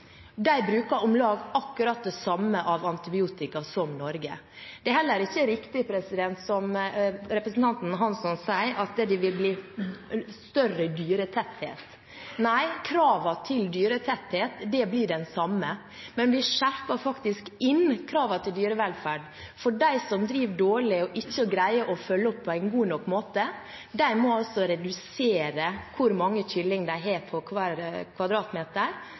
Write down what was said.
De bruker om lag akkurat det samme av antibiotika som Norge. Det er heller ikke riktig som representanten Hansson sier, at det vil bli større dyretetthet. Nei, kravene til dyretetthet blir de samme, men vi skjerper faktisk inn kravene til dyrevelferd, fordi de som driver dårlig og ikke greier å følge opp på en god nok måte, må redusere antallet kyllinger de har på